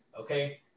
Okay